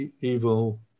evil